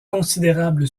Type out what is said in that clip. considérable